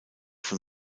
von